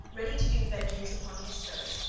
ready to do vengeance upon his foes,